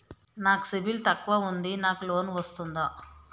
నాకు సిబిల్ తక్కువ ఉంది నాకు లోన్ వస్తుందా?